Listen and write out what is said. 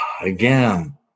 Again